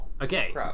Okay